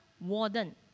warden